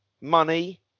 money